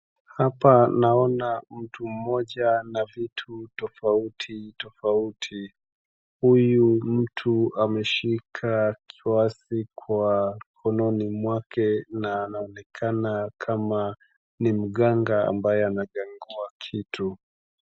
Hapa naona mtu mmoja na vitu tofauti tofauti huyu mtu ameshika kiwasi kwa mkononi mwake na anaonekana kama ni mganga ambaye anagangua kitu.